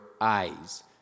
eyes